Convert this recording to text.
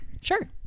Sure